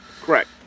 Correct